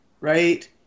right